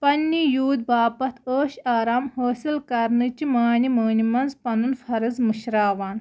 پنٛنی یوٗت باپَتھ عٲش آرام حٲصِل کَرنہٕ چہِ مانۍ مٲنہِ منٛز پَنُن فَرض مٔشراوان